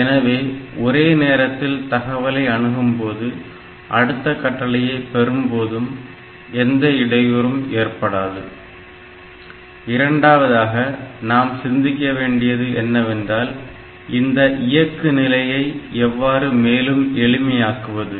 எனவேஒரே நேரத்தில் தகவலை அணுகும்போதும் அடுத்த கட்டளையை பெறும் போதும் எந்த இடையூறும் ஏற்படாது இரண்டாவதாக நாம் சிந்திக்க வேண்டியது என்னவென்றால் இந்த இயக்கு நிலையை எவ்வாறு மேலும் எளிமையாக்குவது